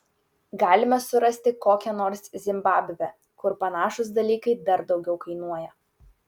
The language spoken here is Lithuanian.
galime surasti kokią nors zimbabvę kur panašūs dalykai dar daugiau kainuoja